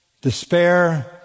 despair